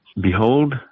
Behold